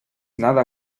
nada